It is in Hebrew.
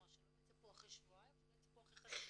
כלומר שלא יצפו אחרי שבועיים ולא יצפו אחרי חצי שנה.